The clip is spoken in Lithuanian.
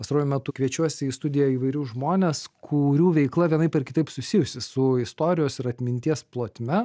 pastaruoju metu kviečiuosi į studiją įvairius žmones kurių veikla vienaip ar kitaip susijusi su istorijos ir atminties plotme